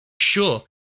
sure